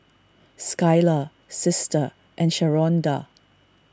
Skylar Sister and Sharonda